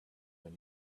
when